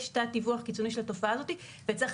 יש תת-דיווח קיצוני של התופעה הזאת וצריך